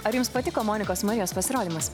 ar jums patiko monikos marijos pasirodymas